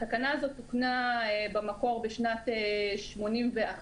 התקנה הזאת תוקנה במקור בשנת 81',